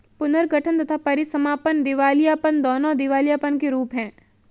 पुनर्गठन तथा परीसमापन दिवालियापन, दोनों दिवालियापन के रूप हैं